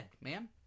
man